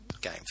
game